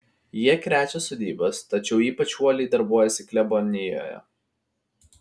jie krečia sodybas tačiau ypač uoliai darbuojasi klebonijoje